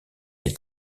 est